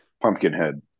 Pumpkinhead